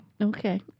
Okay